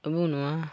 ᱟᱵᱚ ᱱᱚᱣᱟ